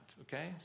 okay